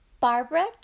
Barbara